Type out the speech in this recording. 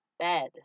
bed